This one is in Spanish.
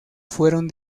fueron